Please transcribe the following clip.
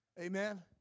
Amen